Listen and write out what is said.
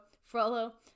frollo